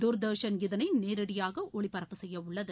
தூர்தர்ஷன் இதனை நேரடியாக ஒளிபரப்பு செய்யவுள்ளது